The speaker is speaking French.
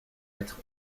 être